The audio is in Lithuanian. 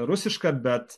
rusiška bet